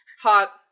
hot